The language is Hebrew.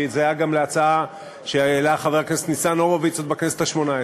שהיא זהה גם להצעה שהעלה חבר הכנסת ניצן הורוביץ עוד בכנסת השמונה-עשרה,